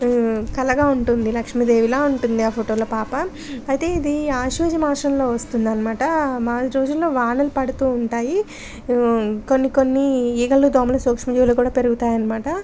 కళగా ఉంటుంది లక్ష్మీదేవిలాగ ఉంటుంది ఆ ఫోటోల పాప అయితే ఇది ఆశ్వీజ మాసంలో వస్తుంది అన్నమాట మాది రోజులలో వానలు పడుతు ఉంటాయి కొన్ని కొన్ని ఈగలు దోమల సూక్ష్మజీవులు కూడా పెరుగుతాయి అన్నమాట